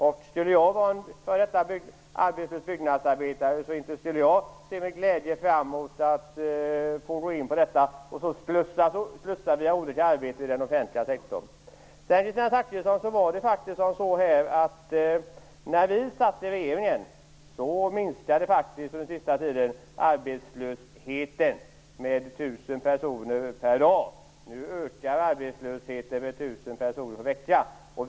Om jag skulle vara en arbetslös före detta byggnadsarbetare skulle då inte jag med glädje se fram emot att gå in i detta, och slussas mellan olika arbeten i den offentliga sektorn. När Moderaterna satt i regeringen minskade faktiskt arbetslösheten under den sista tiden med 1 000 personer per vecka.